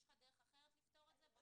יש לך דרך אחרת לפתור את זה?